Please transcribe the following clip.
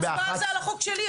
וב-11 אני צריך לסיים.